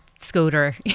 scooter